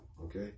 Okay